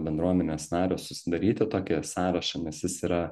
bendruomenės nario susidaryti tokį sąrašą nes jis yra